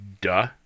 duh